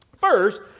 First